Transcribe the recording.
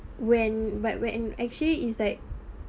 when but when actually is like